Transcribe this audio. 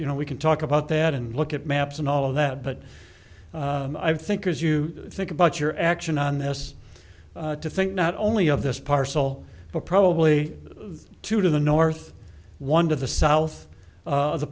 you know we can talk about that and look at maps and all that but i think as you think about your action on this to think not only of this parcel but probably two to the north one to the south